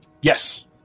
Yes